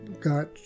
got